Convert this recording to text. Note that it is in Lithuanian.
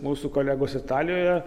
mūsų kolegos italijoje